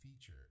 feature